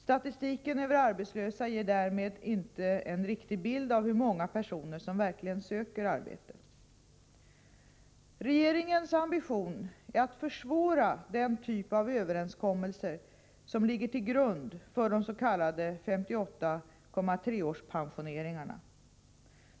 Statistiken över arbetslösa ger därmed inte en riktig bild av hur många personer som verkligen söker arbete. Regeringens ambition är att försvåra den typ av överenskommelser som ligger till grund för de s.k. 58,3-årspensioneringarna.